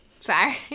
Sorry